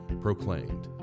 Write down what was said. proclaimed